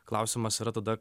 klausimas yra tada